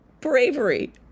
bravery